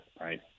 right